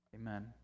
amen